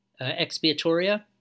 Expiatoria